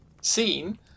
scene